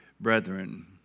brethren